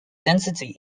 density